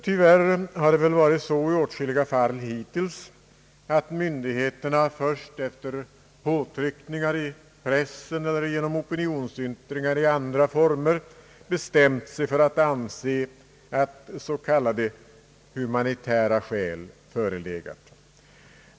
Tyvärr har det i åtskilliga fall hittills varit så att myndigheterna först efter påtryckningar i pressen eller opinionsyttringar i andra former bestämt sig för att anse att s.k. humanitära skäl förelegat.